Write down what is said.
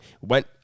went